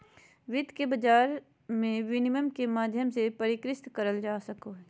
वित्त के बाजार मे विनिमय के माध्यम भी परिष्कृत करल जा सको हय